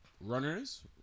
runners